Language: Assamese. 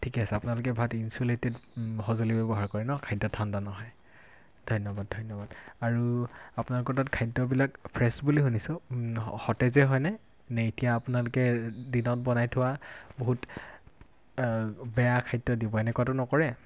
ঠিকে আছে আপোনালোকে ভাত ইনচুলেটেড সঁজুলি ব্যৱহাৰ কৰে ন খাদ্য ঠাণ্ডা নহয় ধন্যবাদ ধন্যবাদ আৰু আপোনালোকৰ তাত খাদ্যবিলাক ফ্ৰেছ বুলি শুনিছোঁ সতেজে হয়নে নে এতিয়া আপোনালোকে দিনত বনাই থোৱা বহুত বেয়া খাদ্য দিব এনেকুৱাতো নকৰে